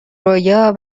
رویا